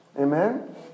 Amen